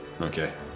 okay